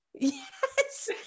yes